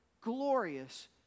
glorious